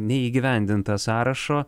neįgyvendintą sąrašo